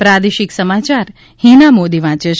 પ્રાદેશિક સમાચાર હીના મોદી વાંચે છે